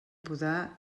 podar